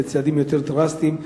צעדים יותר דרסטיים,